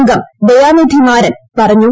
അംഗംദയാനിധി മാരൻ പറഞ്ഞു